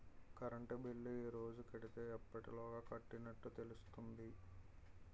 Current bill ఈ రోజు కడితే ఎప్పటిలోగా కట్టినట్టు తెలుస్తుంది?